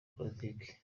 politiki